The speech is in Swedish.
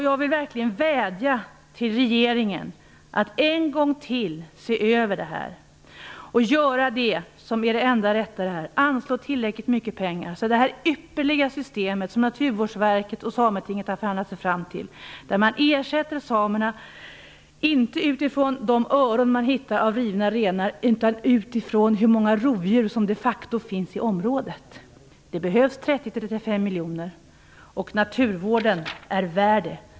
Jag vill verkligen vädja till regeringen att se över detta en gång till och att göra det som är det enda rätta, dvs. anslå tillräckligt mycket pengar så att detta ypperliga system kan fungera. Sametinget och Naturvårdsverket har förhandlat sig fram till detta system, där man inte ersätter utifrån de öron av rivna renar som man hittar, utan utifrån hur många rovdjur som de facto finns i området. Det behövs 30-35 miljoner. Naturvården är värd det.